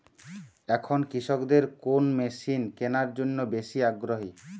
এখন কৃষকদের কোন মেশিন কেনার জন্য বেশি আগ্রহী?